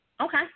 Okay